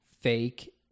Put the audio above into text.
fake